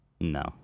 No